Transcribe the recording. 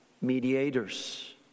mediators